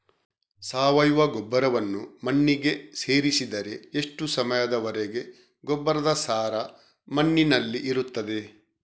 ಸಾವಯವ ಗೊಬ್ಬರವನ್ನು ಮಣ್ಣಿಗೆ ಸೇರಿಸಿದರೆ ಎಷ್ಟು ಸಮಯದ ವರೆಗೆ ಗೊಬ್ಬರದ ಸಾರ ಮಣ್ಣಿನಲ್ಲಿ ಇರುತ್ತದೆ?